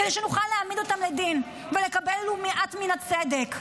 כדי שנוכל להעמיד אותם לדין ולקבל ולו מעט מן הצדק.